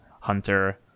Hunter